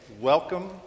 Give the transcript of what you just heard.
welcome